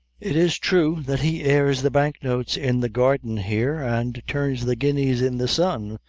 it is thrue that he airs the bank notes in the garden here, and turns the guineas in the sun,